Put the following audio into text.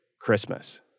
Christmas